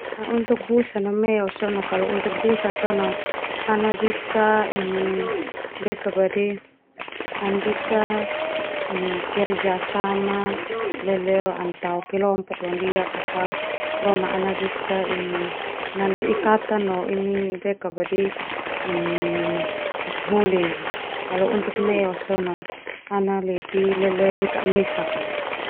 Nah untuk busa na meo sona kalo untuk busa sona, ana bisa ini bisa ini kerja sama leleo tao kelompok londiak atau boma ana bisa ini nanu ikatan no ini ini hataholi na. Kalau untuk meo sona ana lebih hikada mesakana.